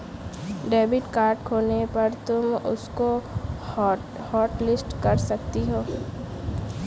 debit card खोने पर तुम उसको हॉटलिस्ट कर सकती हो